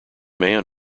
man